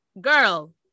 girl